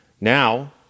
Now